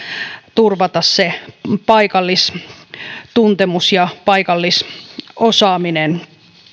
turvata se paikallistuntemus ja paikallisosaaminen